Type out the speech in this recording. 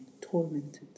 tormented